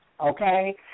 okay